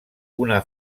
una